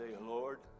Lord